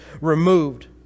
removed